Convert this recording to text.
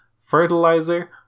fertilizer